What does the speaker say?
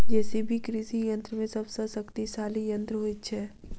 JCB कृषि यंत्र मे सभ सॅ शक्तिशाली यंत्र होइत छै